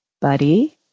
buddy